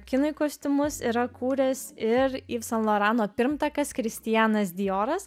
kinui kostiumus yra kūręs ir yv san lorano pirmtakas kristianas dioras